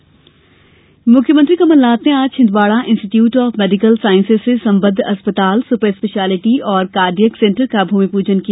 कमलनाथ मुख्यमंत्री कमलनाथ ने आज Chhindwara institute of medical sciences से संबद्ध अस्पताल सुपर स्पेशिलिटी और कार्डियक सेण्टर का भूमिपूजन किया